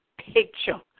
picture